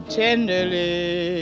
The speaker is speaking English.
tenderly